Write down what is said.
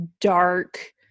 dark